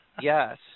yes